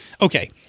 Okay